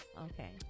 Okay